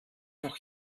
noch